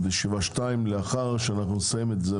ישיבה-שתיים לאחר שאנחנו נסיים את זה,